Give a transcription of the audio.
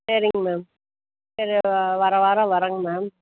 சரிங்க மேம் சரி வர வாரம் வரறேங்க மேம்